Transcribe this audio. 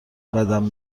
بدم